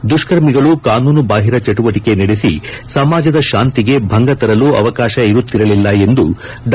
ದುಷ್ಕರ್ಮಿಗಳು ಕಾನೂನುಬಾಹಿರ ಚೆಟುವಟಿಕೆ ನಡೆಸಿ ಸಮಾಜದ ಶಾಂತಿಗೆ ಭಂಗತರಲು ಅವಕಾಶ ಇರುತ್ತಿರಲಿಲ್ಲ ಎಂದು ಡಾ